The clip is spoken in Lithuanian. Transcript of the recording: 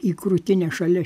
į krūtinę šalia